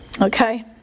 Okay